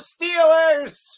Steelers